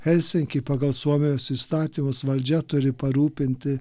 helsinky pagal suomijos įstatymus valdžia turi parūpinti